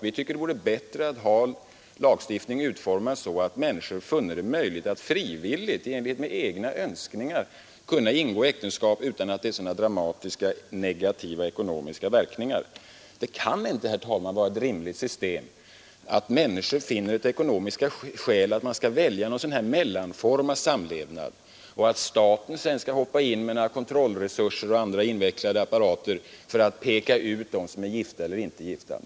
Vi tycker att det vore bättre att ha lagstiftningen utformad så att människor frivilligt, i enlighet med egna önskningar, kunde ingå äktenskap utan att det har så dramatiska negativa verkningar i ekonomiskt avseende. Det kan inte, herr talman, vara ett rimligt system att människor av ekonomiska skäl anser sig böra välja en mellanform av samlevnad och att staten sedan skall gripa in med kontroller och andra invecklade apparater för att peka ut vilka som är gifta eller inte gifta.